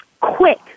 quick